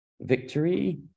victory